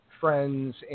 friends